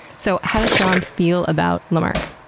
so how does john feel about lamarck?